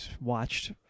watched